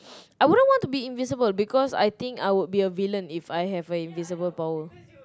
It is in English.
I wouldn't want to be invisible because I think I would be a villain If I have a invisible power